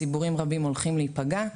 ציבורים רבים הולכים להיפגע,